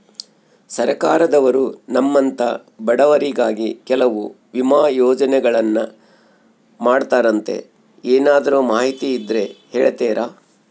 ಸರ್ಕಾರದವರು ನಮ್ಮಂಥ ಬಡವರಿಗಾಗಿ ಕೆಲವು ವಿಮಾ ಯೋಜನೆಗಳನ್ನ ಮಾಡ್ತಾರಂತೆ ಏನಾದರೂ ಮಾಹಿತಿ ಇದ್ದರೆ ಹೇಳ್ತೇರಾ?